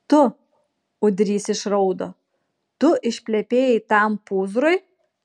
tu ūdrys išraudo tu išplepėjai tam pūzrui